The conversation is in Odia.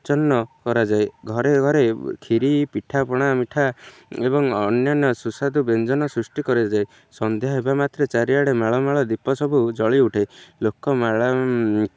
ଉତ୍ସବ କରାଯାଏ ଘରେ ଘରେ କ୍ଷିରୀ ପିଠାପଣା ମିଠା ଏବଂ ଅନ୍ୟାନ୍ୟ ସୁସ୍ୱାଦୁ ବ୍ୟଞ୍ଜନ ସୃଷ୍ଟି କରାଯାଏ ସନ୍ଧ୍ୟା ହେବା ମାତ୍ର ଚାରିଆଡ଼େ ମାଳମାଳ ଦୀପ ସବୁ ଜଳି ଉଠେ ଲୋକ ମାଳ